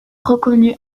reconnus